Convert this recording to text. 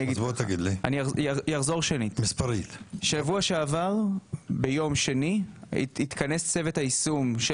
אני אומר שוב: שבוע שעבר ביום שני התכנס צוות היישום של